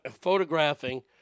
photographing